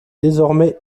désormais